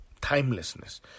timelessness